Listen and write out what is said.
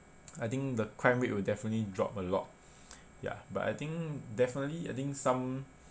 I think the crime rate will definitely drop a lot ya but I think definitely I think some